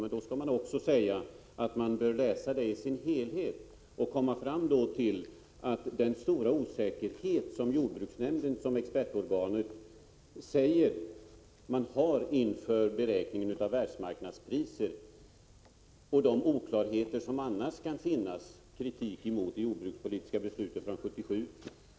Men då skall man också säga att det bör läsas i sin helhet, så att man kan se den stora osäkerhet som jordbruksnämnden som expertorgan säger sig ha inför beräkningen av världsmarknadspriserna och de oklarheter som kan finnas, t.ex. kritiken mot det jordbrukspolitiska beslutet från 1977.